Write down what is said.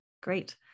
Great